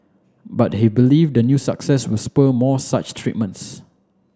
but he believe the new success will spur more such treatments